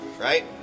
right